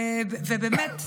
באמת,